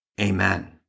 Amen